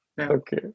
Okay